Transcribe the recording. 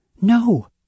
No